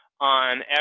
on